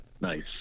Nice